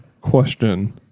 question